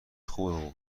خوبه